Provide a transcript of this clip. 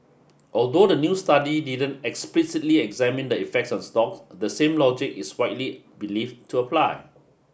although the new study didn't explicitly examine the effect on stocks the same logic is widely believed to apply